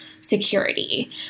security